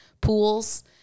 pools